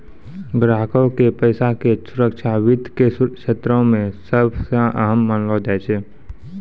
ग्राहको के पैसा के सुरक्षा वित्त के क्षेत्रो मे सभ से अहम मानलो जाय छै